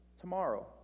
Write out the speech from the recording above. tomorrow